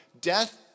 Death